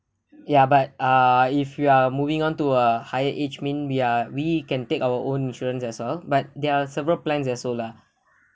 ya but uh if you are moving on to a higher age mean we are we can take our own insurance as well but there are several plan also lah